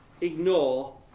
ignore